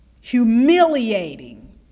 humiliating